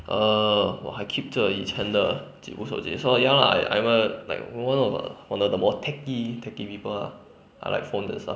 err 我还 keep 着以前的几部手机 so ya lah I'm a like one of the one of the more techy techy people ah